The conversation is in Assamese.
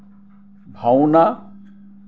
ভাওনা